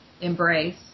Embrace